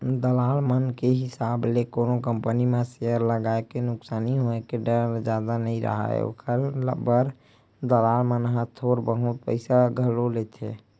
दलाल मन के हिसाब ले कोनो कंपनी म सेयर लगाए ले नुकसानी होय के डर जादा नइ राहय, ओखर बर दलाल मन ह थोर बहुत पइसा घलो लेथें